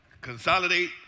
Consolidate